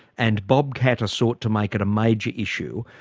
and bob katter sought to make it a major issue,